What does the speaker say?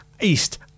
East